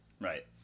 Right